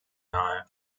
nahe